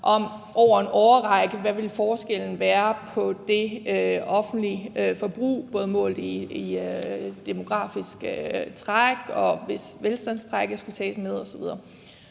over en årrække ville være på det offentlige forbrug, både målt i forhold til demografisk træk, og hvis velstandstrækket skulle tages med osv.